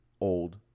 Old